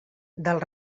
del